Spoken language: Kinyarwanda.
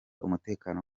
umutekano